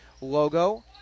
logo